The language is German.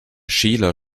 schäler